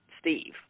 Steve